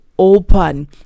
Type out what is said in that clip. open